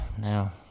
now